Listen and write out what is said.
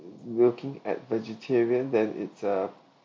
looking at vegetarian then it's a